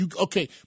Okay